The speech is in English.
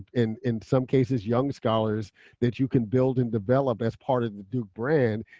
in in some cases, young scholars that you can build and develop as part of the duke brand,